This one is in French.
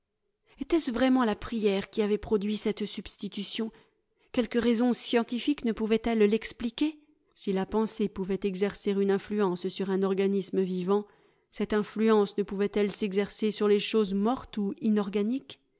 etait-ce vraiment la prière qui avait produit cette substitution quelque raison scientifique ne pouvait elle l'expliquer si la pensée pouvait exercer une influence sur un organisme vivant cette influence ne pouvait-elle s'exercer sur les choses mortes ou inorganiques